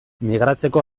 migratzeko